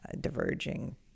diverging